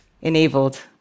Enabled